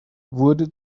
wurde